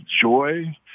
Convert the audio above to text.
joy